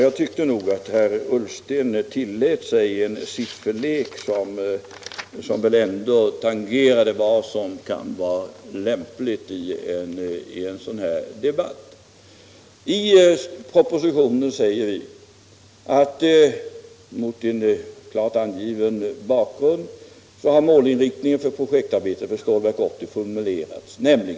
Jag tyckte nog att herr Ullsten tillät sig en sifferlek som väl ändå tangerade vad som kan vara lämpligt i en sådan här debatt. I propositionen säger vi att mot en klart angiven bakgrund har målinriktningen av projektarbetet för Stålverk 80 formulerats.